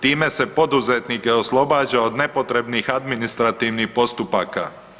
Time se poduzetnike oslobađa od nepotrebnih administrativnih postupaka.